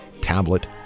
tablet